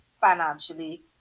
financially